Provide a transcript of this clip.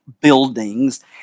buildings